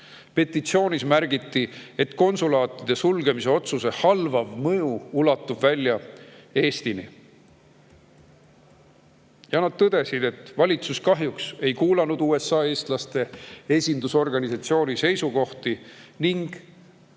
Petitsioonis märgiti, et konsulaatide sulgemise otsuse halvav mõju ulatub välja Eestini. Nad tõdesid, et valitsus kahjuks ei kuulanud USA eestlaste esindusorganisatsiooni seisukohti ning